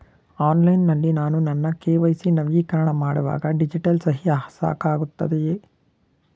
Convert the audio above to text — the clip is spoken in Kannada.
ಆನ್ಲೈನ್ ನಲ್ಲಿ ನಾನು ನನ್ನ ಕೆ.ವೈ.ಸಿ ನವೀಕರಣ ಮಾಡುವಾಗ ಡಿಜಿಟಲ್ ಸಹಿ ಸಾಕಾಗುತ್ತದೆಯೇ?